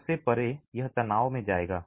उससे परे यह तनाव में जाएगा